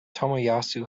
tomoyasu